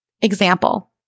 example